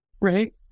Right